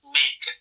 make